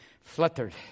fluttered